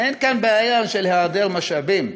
אין כאן בעיה של היעדר משאבים,